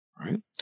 Right